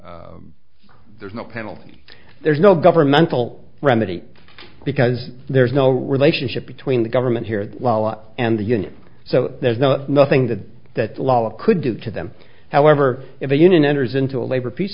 no there's no penalty there's no governmental remedy because there's no relationship between the government here well and the union so there's no nothing to that the law could do to them however if the union enters into a labor peace